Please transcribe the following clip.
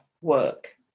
work